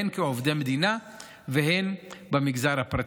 הן כעובדי מדינה והן במגזר הפרטי.